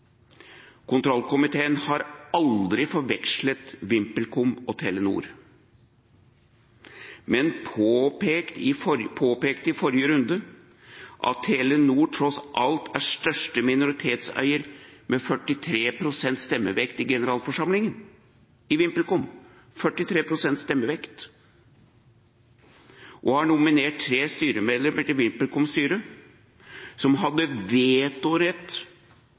Kontrollkomiteen har aldri forvekslet VimpelCom og Telenor, men vi påpekte i forrige runde at Telenor tross alt er største minoritetseier, med 43 prosents stemmevekt ved generalforsamling i VimpelCom, og har nominert tre styremedlemmer til VimpelComs styre, og hadde vetorett